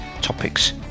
topics